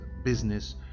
business